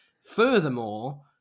Furthermore